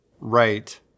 Right